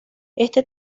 este